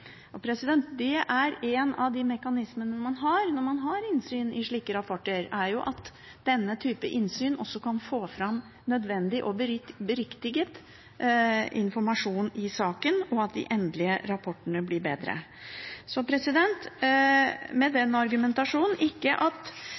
En av de mekanismene man har når man har innsyn i slike rapporter, er jo at denne type innsyn også kan få fram nødvendig og beriktiget informasjon i saken, og at de endelige rapportene blir bedre. Vi ser at det er ulike sider som skal ivaretas i denne saken, men vi mener at de